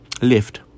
lift